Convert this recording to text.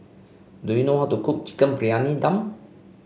do you know how to cook Chicken Briyani Dum